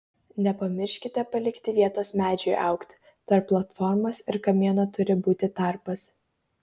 nepamirškite palikti vietos medžiui augti tarp platformos ir kamieno turi būti tarpas